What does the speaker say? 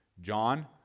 John